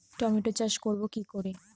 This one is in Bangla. টমেটো চাষ করব কি করে?